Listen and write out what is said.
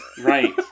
Right